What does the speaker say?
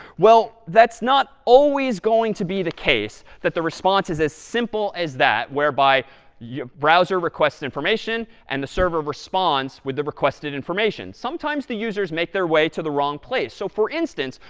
well, that's not always going to be the case, that the response is as simple as that, whereby your browser requests information and the server responds with the requested information. sometimes the users make their way to the wrong place. so for instance,